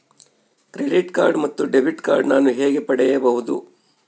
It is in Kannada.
ಕ್ರೆಡಿಟ್ ಕಾರ್ಡ್ ಮತ್ತು ಡೆಬಿಟ್ ಕಾರ್ಡ್ ನಾನು ಹೇಗೆ ಪಡೆಯಬಹುದು?